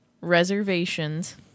reservations